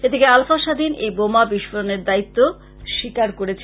এদিকে আলফা স্বাধীন এই বোমা বিস্ফোড়নের দায়েত্ব স্বীকার করেছে